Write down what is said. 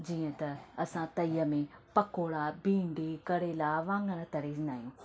जीअं त असां तईअ में पकौड़ा भिंडी करेला वाङणु तरींदा आहियूं